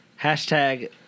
Hashtag